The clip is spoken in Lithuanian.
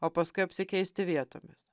o paskui apsikeisti vietomis